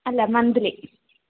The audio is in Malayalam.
അല്ല മന്ത്ലി